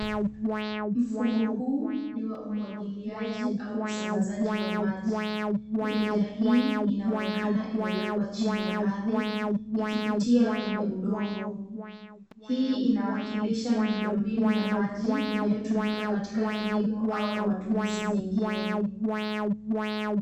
Mfumo huu ni wa umwagiliaji au usambazaji wa maji. Mirija hii inaonekana imewekwa chini ya ardhi ikipitia kwenye udongo. Hii inawakilisha miundo mbinu ya maji inayotumika katika kilimo au kwa matumizi mengine.